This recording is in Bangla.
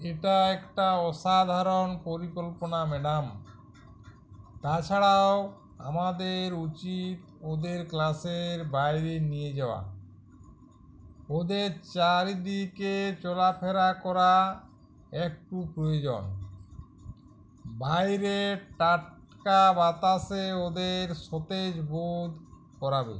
এটা একটা অসাধারণ পরিকল্পনা ম্যাডাম তাছাড়াও আমাদের উচিত ওদের ক্লাসের বাইরে নিয়ে যাওয়া ওদের চারিদিকে চলাফেরা করা একটু প্রয়োজন বাইরের টাটকা বাতাসে ওদের সতেজ বোধ করাবে